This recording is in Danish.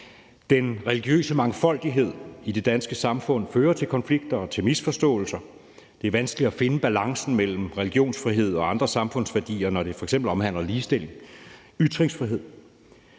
Den religiøse mangfoldighed i det danske samfund fører til konflikter og til misforståelser. Det er vanskeligt at finde balancen mellem religionsfrihed og andre samfundsværdier, når det f.eks. omhandler ligestilling, ytringsfrihed.